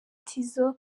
tizzo